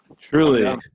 truly